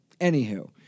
Anywho